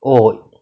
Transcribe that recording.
oh